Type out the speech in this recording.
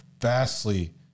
vastly